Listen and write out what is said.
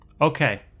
Okay